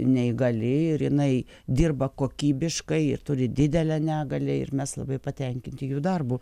neįgali ir jinai dirba kokybiškai ir turi didelę negalią ir mes labai patenkinti jų darbu